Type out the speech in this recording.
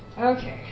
Okay